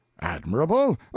admirable